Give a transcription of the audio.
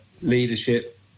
leadership